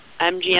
MGM